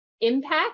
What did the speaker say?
impact